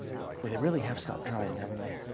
well they really have stopped trying, haven't they?